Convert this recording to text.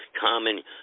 common